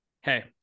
hey